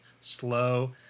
slow